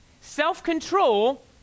Self-control